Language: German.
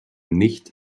nicht